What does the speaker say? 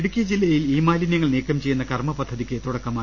ഇടുക്കി ജില്ലയിൽ ഇ മാലിന്യങ്ങൾ നീക്കം ചെയ്യുന്ന കർമ്മപ ദ്ധതിക്ക് തുടക്കമായി